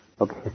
Okay